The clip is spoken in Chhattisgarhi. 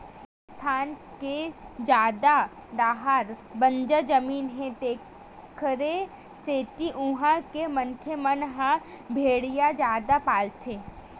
राजिस्थान के जादा डाहर बंजर जमीन हे तेखरे सेती उहां के मनखे मन ह भेड़िया जादा पालथे